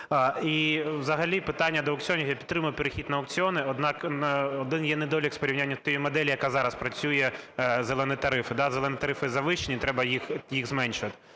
І взагалі питання до аукціонів, я підтримую перехід на аукціони, однак один є недолік з порівнянням тієї моделі, яка зараз працює, "зелені" тарифи. "Зелені" тарифи завищені, треба їх зменшувати.